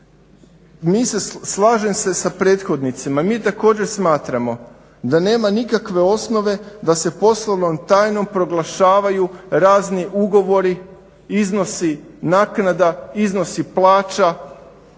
slažem se sa prethodnicima, mi također smatramo da nema nikakve osnove da se poslovnom tajnom proglašavaju razni ugovori, iznosi naknada, iznosi plaća